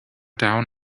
down